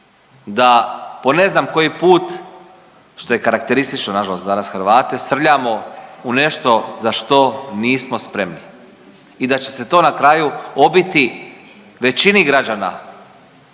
da po ne znam koji put što je karakteristično nažalost za nas Hrvate srljamo u nešto za što nismo spremni i da će se to na kraju obiti većini građana